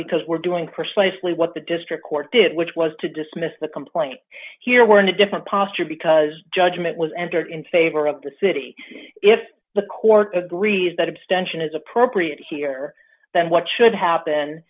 because we're doing precisely what the district court did which was to dismiss the complaint here we're in a different posture because judgment was entered in favor of the city if the court agrees that abstention is appropriate here then what should happen